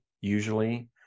usually